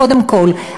קודם כול,